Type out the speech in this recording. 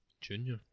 Junior